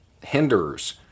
hinders